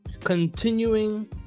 Continuing